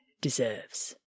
deserves